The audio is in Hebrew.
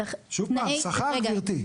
שוב פעם, שכר גברתי.